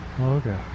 Okay